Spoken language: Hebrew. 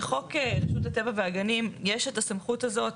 בחוק רשות הטבע והגנים יש את הסמכות הזאת.